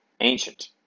ancient